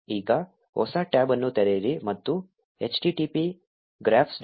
ಈಗ ಹೊಸ ಟ್ಯಾಬ್ ಅನ್ನು ತೆರೆಯಿರಿ ಮತ್ತು http graphs